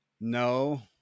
No